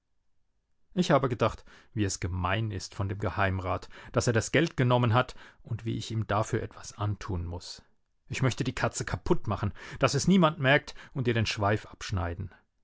ich habe gedacht wie es gemein ist von dem geheimrat daß er das geld genommen hat und wie ich ihm dafür etwas antun muß ich möchte die katze kaputt machen daß es niemand merkt und ihr den schweif abschneiden